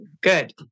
Good